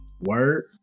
Word